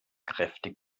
kräftig